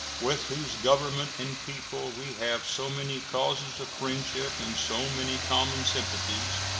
with whose government and people we have so many causes of friendship and so many common sympathies,